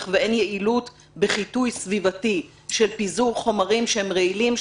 ואין יעילות בחיטוי סביבתי של פיזור חומרים רעילים,